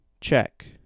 check